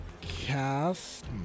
cast